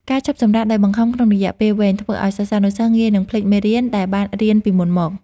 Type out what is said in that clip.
ការឈប់សម្រាកដោយបង្ខំក្នុងរយៈពេលវែង ធ្វើឱ្យសិស្សានុសិស្សងាយនឹងភ្លេចមេរៀនដែលបានរៀនពីមុនមក។